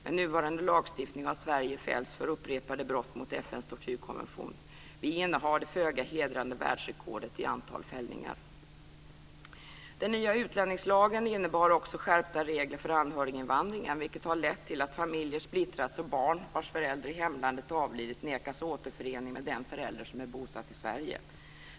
Med nuvarande lagstiftning har Sverige fällts för upprepade brott mot FN:s tortyrkonvention - vi innehar det föga hedrande världsrekordet i antalet fällningar. Den nya utlänningslagen innebar också skärpta regler för anhöriginvandringen, vilket lett till att familjer har splittrats och barn vars förälder i hemlandet avlidit nekas återförening med den förälder som är bosatt i Sverige.